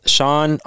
Sean